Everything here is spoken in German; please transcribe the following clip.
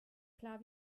klar